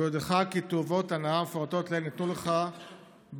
ביודעך כי טובות ההנאה המפורטות לעיל ניתנו לך בעד